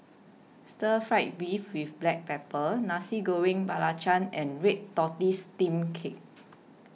Stir Fry Beef with Black Pepper Nasi Goreng Belacan and Red Tortoise Steamed Cake